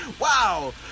wow